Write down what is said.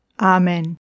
Amen